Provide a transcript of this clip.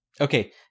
okay